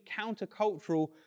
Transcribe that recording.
countercultural